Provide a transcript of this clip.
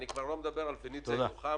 אני כבר לא מדבר על "פניציה" ירוחם,